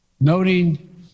Noting